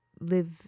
live